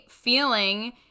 feeling